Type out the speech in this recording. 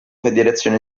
federazione